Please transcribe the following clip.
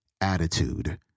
attitude